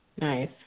Nice